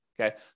Okay